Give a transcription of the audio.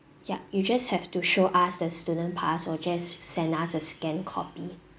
yup you just have to show us the student pass or just send us a scan copy